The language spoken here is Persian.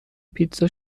پیتزا